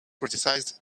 criticized